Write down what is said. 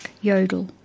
yodel